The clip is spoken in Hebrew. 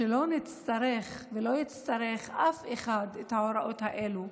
לא נצטרך ולא יצטרך אף אחד את ההוראות האלה,